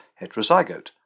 heterozygote